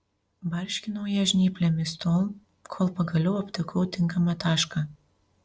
barškinau ją žnyplėmis tol kol pagaliau aptikau tinkamą tašką